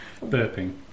Burping